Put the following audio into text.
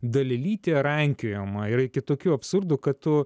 dalelytie rankiojama ir iki tokių absurdų kad tu